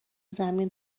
زمین